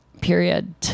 period